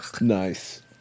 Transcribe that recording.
Nice